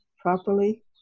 properly